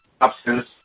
absence